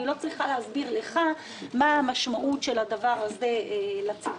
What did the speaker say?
אני לא צריכה להסביר לך מה המשמעות של הדבר הזה לציבור,